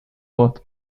both